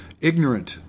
ignorant